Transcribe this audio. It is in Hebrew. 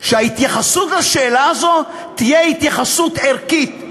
שההתייחסות לשאלה הזאת תהיה התייחסות ערכית.